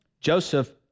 Joseph